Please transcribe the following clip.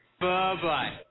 Bye-bye